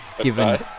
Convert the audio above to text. given